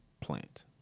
plant